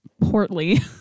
Portly